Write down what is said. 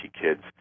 kids